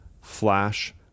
flash